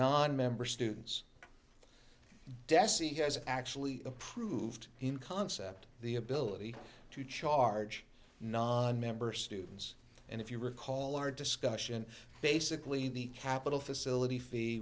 nonmember students dessie has actually approved in concept the ability to charge nonmember students and if you recall our discussion basically the capital facility fee